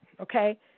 Okay